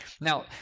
Now